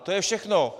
To je všechno.